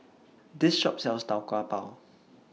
This Shop sells Tau Kwa Pau